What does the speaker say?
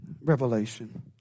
Revelation